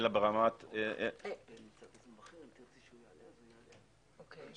אלא ברמת --- לא יודע,